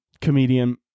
comedian